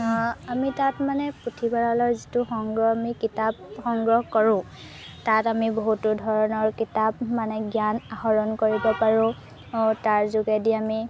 আমি তাত মানে পুথিভঁৰালৰ যিটো সংগ্ৰহ আমি কিতাপ সংগ্ৰহ কৰোঁ তাত আমি বহুতো ধৰণৰ কিতাপ মানে জ্ঞান আহৰণ কৰিব পাৰোঁ তাৰ যোগেদি আমি